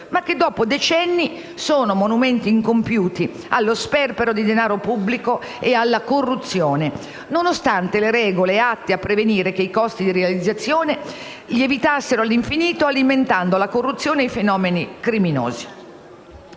ma che, dopo decenni, sono monumenti incompiuti allo sperpero di denaro pubblico e alla corruzione, nonostante le regole atte a prevenire che i costi di realizzazione lievitassero all'infinito, alimentando la corruzione e i fenomeni criminosi.